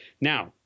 Now